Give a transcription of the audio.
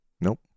Nope